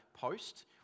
post